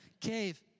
cave